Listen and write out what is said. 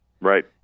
Right